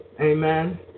Amen